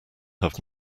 have